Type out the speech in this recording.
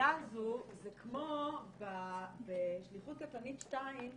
התעשייה הזאת זה כמו בשליחות קטלנית 2,